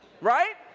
right